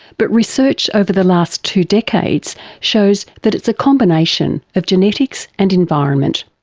but research over the last two decades shows that it's a combination of genetics and environment.